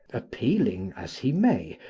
appealing, as he may,